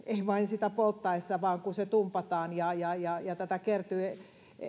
vain sitä polttaessa vaan kun se tumpataan ja ja tätä kertyy